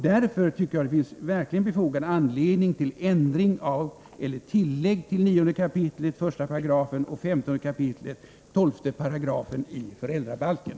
Därför tycker jag verkligen att det finns befogad anledning till ändring av eller tillägg till 9 kap. 1§ och 15 kap. 12§ föräldrabalken.